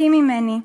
הוותיקים ממני,